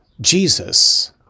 Jesus